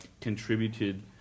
contributed